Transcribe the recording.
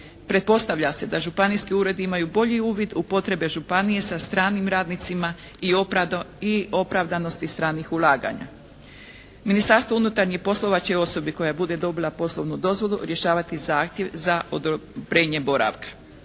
Pretpostavlja se da županijski uredi imaju bolji uvid u potrebe županije sa stranim radnicima i opravdanosti stranih ulaganja. Ministarstvo unutarnjih poslova će osobi koja bude dobila poslovnu dozvolu rješavati zahtjev za odobrenje boravka.